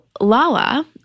Lala